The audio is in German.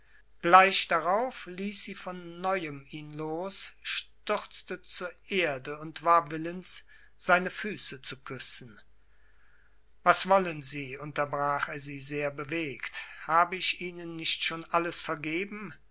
gleich darauf ließ sie von neuem ihn los stürzte zur erde und war willens seine füße zu küssen was wollen sie unterbrach er sie sehr bewegt habe ich ihnen nicht schon alles vergeben